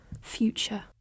future